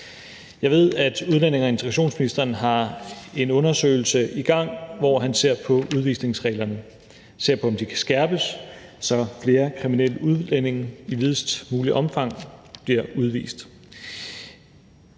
Jeg ved, at udlændinge- og integrationsministeren har en undersøgelse i gang, hvor han ser på udvisningsreglerne og på, om de kan skærpes, så flere kriminelle udlændinge i videst muligt omfang bliver udvist.